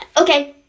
Okay